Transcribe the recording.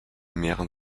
mehren